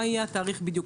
מה יהיה התאריך בדיוק,